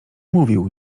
mówił